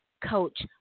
coach